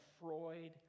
freud